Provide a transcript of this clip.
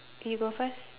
you go first